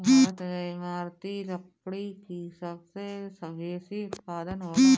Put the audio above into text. भारत में इमारती लकड़ी के सबसे बेसी उत्पादन होला